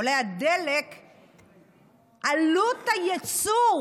עולה הדלק, עלות הייצור